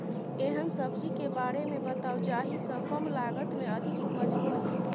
एहन सब्जी के बारे मे बताऊ जाहि सॅ कम लागत मे अधिक उपज होय?